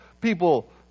people